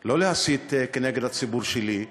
לא להסית כנגד הציבור שלי.